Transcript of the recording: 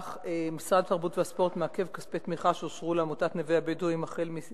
משרד התרבות והספורט מעכב כספי תמיכה שאושרו לעמותת "נווה הבדואים" מאז